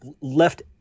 left